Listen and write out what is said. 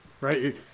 Right